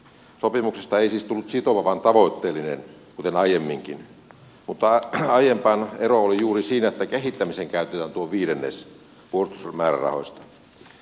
sopimuksesta ei siis tullut sitova vaan tavoitteellinen kuten aiemminkin mutta aiempaan ero oli juuri siinä että kehittämiseen käytetään viidennes puolustusmäärärahoista